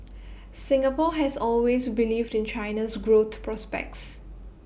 Singapore has always believed in China's growth prospects